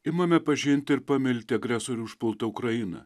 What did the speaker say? imame pažinti ir pamilti agresorių užpultą ukrainą